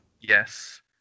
Yes